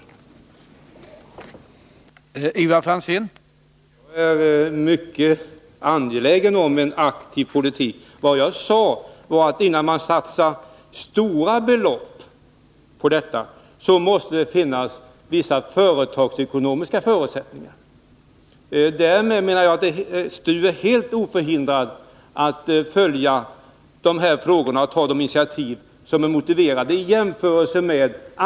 Torsdagen den